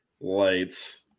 lights